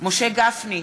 משה גפני,